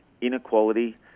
inequality